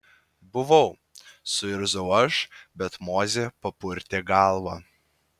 buvau suirzau aš bet mozė papurtė galvą